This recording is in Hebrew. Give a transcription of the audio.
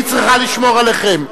היא צריכה לשמור עליכם.